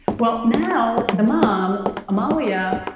well, now the mom, amalia,